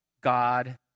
God